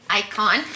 icon